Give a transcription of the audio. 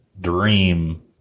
dream